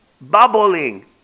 bubbling